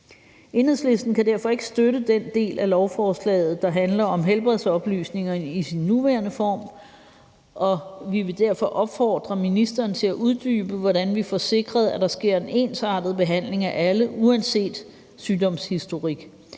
Enhedslisten kan derfor ikke støtte den del af lovforslaget, der handler om helbredsoplysninger, i sin nuværende form, og vi vil derfor opfordre ministeren til at uddybe, hvordan vi får sikret, at der sker en ensartet behandling af alle uanset sygdomshistorik,